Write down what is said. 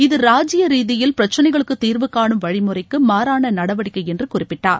இது ராஜீய ரீதியில் பிரச்னைகளுக்கு தீர்வுகாணும் வழிமுறைக்கு மாறான நடவடிக்கை என்று குறிப்பிட்டார்